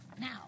Now